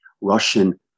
Russian